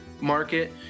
market